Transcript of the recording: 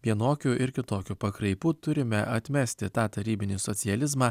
vienokių ir kitokių pakraipų turime atmesti tą tarybinį socializmą